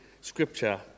Scripture